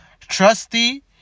trusty